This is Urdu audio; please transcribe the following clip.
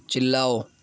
چلاؤ